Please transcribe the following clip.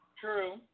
True